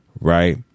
right